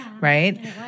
right